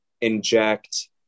inject